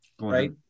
right